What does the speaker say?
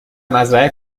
مزرعه